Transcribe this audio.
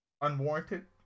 unwarranted